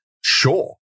sure